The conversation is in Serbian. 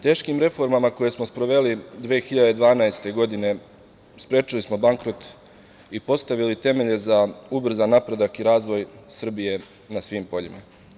Teškim reformama koje smo sproveli 2012. godine sprečili smo bankrot i postavili temelje za ubrzan napredak i razvoj Srbije na svim poljima.